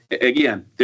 again